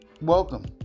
Welcome